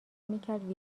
میکرد